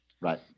Right